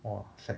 orh shag